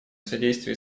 содействии